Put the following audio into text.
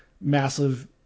massive